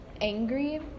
angry